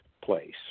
place